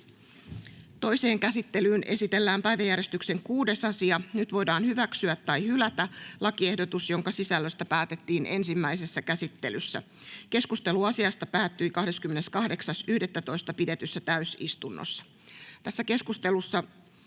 Toiseen käsittelyyn esitellään päiväjärjestyksen 6. asia. Nyt voidaan hyväksyä tai hylätä lakiehdotus, jonka sisällöstä päätettiin ensimmäisessä käsittelyssä. Keskustelu asiasta päättyi 28.11.2023 pidetyssä täysistunnossa. Keskustelussa